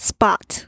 Spot